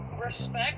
respect